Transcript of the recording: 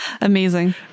amazing